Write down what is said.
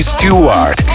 Stewart